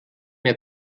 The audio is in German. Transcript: mehr